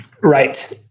Right